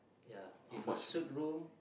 ya if a suite room